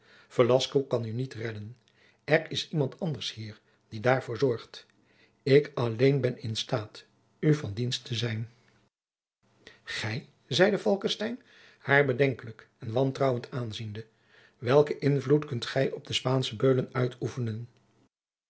kan u niet redden er is iemand anders hier die daarvoor zorgt ik alleen ben in staat u van dienst te zijn gij zeide falckestein haar bedenkelijk en wantrouwend aanziende welken invloed kunt gij op de spaansche beulen uitoefenen